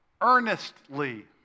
Earnestly